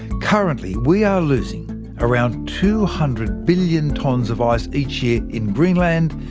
currently, we are losing around two hundred billion tonnes of ice each year in greenland,